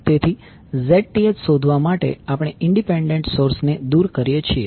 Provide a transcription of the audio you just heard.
તેથી Zth શોધવા માટે આપણે ઇંડિપેંડેંટ સોર્સને દૂર કરીએ છીએ